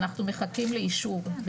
אנחנו מחכים לאישור,